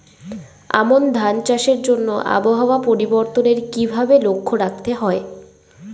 আমন ধান চাষের জন্য আবহাওয়া পরিবর্তনের কিভাবে লক্ষ্য রাখতে হয়?